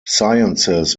sciences